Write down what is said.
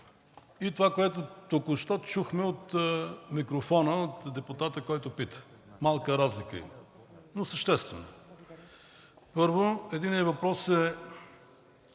и това, което току-що чухме от микрофона, от депутата, който пита. Малка разлика има, но съществена. Първо, единият въпрос,